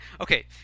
okay